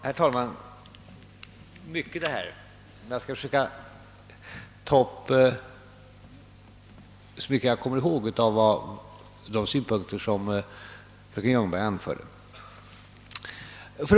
Herr talman! Det var många synpunkter fröken Ljungberg hade att anföra. Jag skall försöka att ta upp så många jag kommer ihåg av dem.